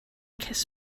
kiss